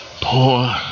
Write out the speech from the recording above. Poor